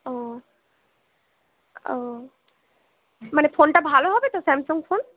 ও ও মানে ফোনটা ভালো হবে তো স্যামসাং ফোন